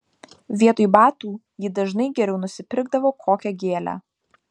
vietoj batų ji dažnai geriau nusipirkdavo kokią gėlę